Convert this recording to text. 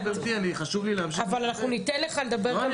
אנחנו ניתן לך לדבר גם משם.